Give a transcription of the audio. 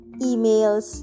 emails